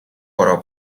бороо